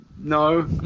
No